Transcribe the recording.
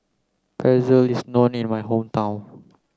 Pretzel is known in my hometown